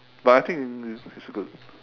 but I think it's good